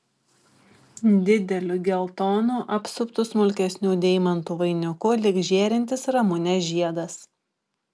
dideliu geltonu apsuptu smulkesnių deimantų vainiku lyg žėrintis ramunės žiedas